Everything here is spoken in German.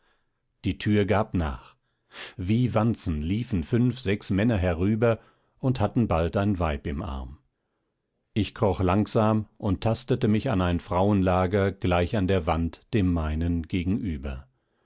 die tür gab nach wie wanzen liefen fünf sechs männer herüber und hatten bald ein weib im arm ich kroch langsam und tastete mich an ein frauenlager gleich an der wand dem meinen gegenüber